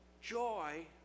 Joy